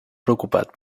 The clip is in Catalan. preocupat